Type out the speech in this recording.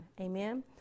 Amen